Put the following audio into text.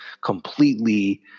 completely